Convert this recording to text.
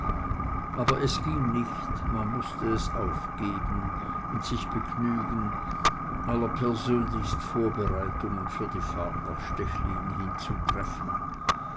aber es ging nicht man mußt es aufgeben und sich begnügen allerpersönlichst vorbereitungen für die fahrt nach stechlin hin zu treffen